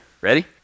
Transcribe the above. Ready